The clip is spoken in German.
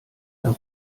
dann